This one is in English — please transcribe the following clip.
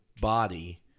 body